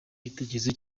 igitekerezo